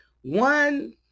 one